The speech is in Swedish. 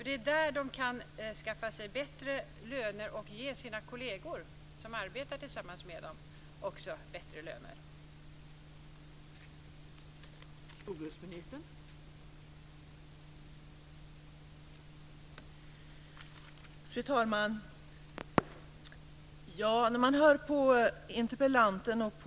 Det är där de kan skaffa sig bättre löner och ge de kolleger som arbetar tillsammans med dem bättre löner också.